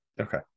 Okay